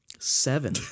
Seven